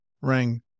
rang